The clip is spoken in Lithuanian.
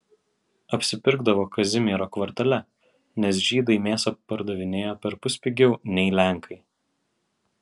apsipirkdavo kazimiero kvartale nes žydai mėsą pardavinėjo perpus pigiau nei lenkai